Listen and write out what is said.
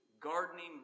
gardening